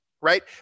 right